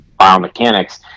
biomechanics